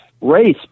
race